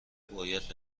باید